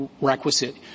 requisite